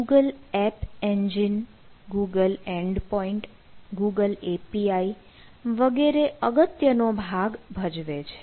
Google app engine Google endpoint Google API વગેરે અગત્યનો ભાગ ભજવે છે